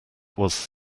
was